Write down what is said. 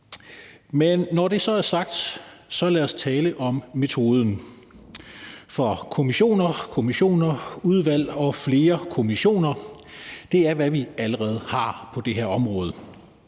Men når det er sagt, så lad os tale om metoden. For kommissioner, kommissioner, udvalg og flere kommissioner er, hvad vi allerede har på det her område.